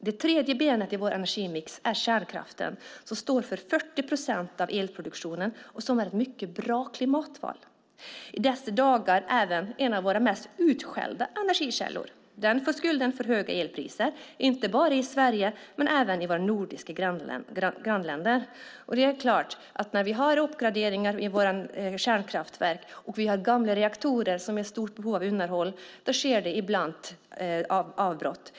Det tredje benet i vår energimix är kärnkraften som står för 40 procent av elproduktionen och som är ett mycket bra klimatval. I dessa dagar är det även en av våra mest utskällda energikällor. Den får skulden för höga elpriser inte bara i Sverige utan även i våra nordiska grannländer. När vi har uppgraderingar av våra kärnkraftverk och vi har gamla reaktorer som är i stort behov av underhåll sker det ibland avbrott.